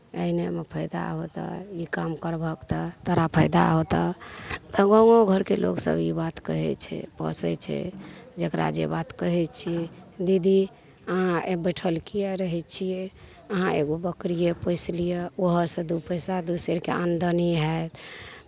एहनेमे फैदा होतऽ ई काम करबहक तऽ तोहरा फैदा होतऽ तऽ गामोघरके लोकसभ ई बात कहै छै पोसै छै जकरा जे बात कहै छिए दीदी अहाँ एँ बैठल किएक रहै छिए अहाँ एगो बकरिए पोसि लिअऽ ओहोसे दुइ पइसा दुइ सेरके आमदनी हैत